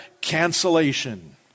cancellation